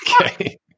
okay